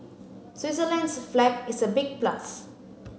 switzerland's flag is a big plus